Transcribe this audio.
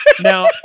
Now